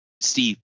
Steve